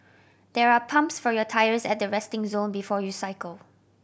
there are pumps for your tyres at the resting zone before you cycle